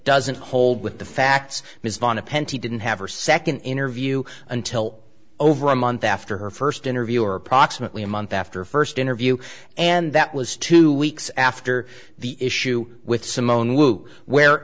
doesn't hold with the facts miss vonna pente didn't have her second interview until over a month after her first interview or approximately a month after first interview and that was two weeks after the issue with simone wu where